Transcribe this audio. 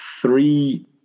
three